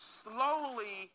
slowly